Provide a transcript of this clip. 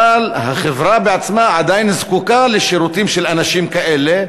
אבל החברה בעצמה עדיין זקוקה לשירותים של אנשים כאלה,